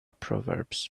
proverbs